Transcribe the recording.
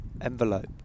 envelope